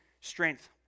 strength